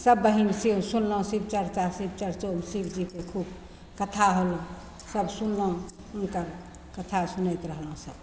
सभ बहिनसे सुनलहुँ शिव चरचा शिव चरचो शिवजीके खूब कथा होल सभ सुनलहुँ हुनकर कथा सुनैत रहलहुँ सभ